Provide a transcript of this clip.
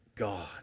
God